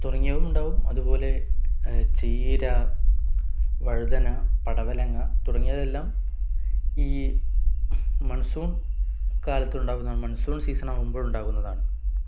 തുടങ്ങിയവയും ഉണ്ടാവും അതുപോലെ ചീര വഴുതന പടവലങ്ങ തുടങ്ങിയതെല്ലാം ഈ മൺസൂൺ കാലത്ത് ഉണ്ടാവുന്നതാണ് മൺസൂൺ സീസൺ ആവുമ്പോൾ ഉണ്ടാകുന്നതാണ്